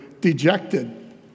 dejected